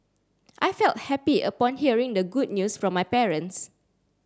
I felt happy upon hearing the good news from my parents